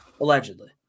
allegedly